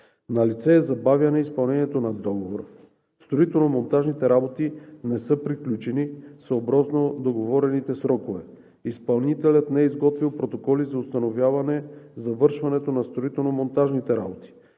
Налице е забавяне на изпълнението на договора – строително-монтажните работи не са приключени съобразно договорените срокове, изпълнителят не е изготвил протоколи за установяване завършването на строително-монтажните работи.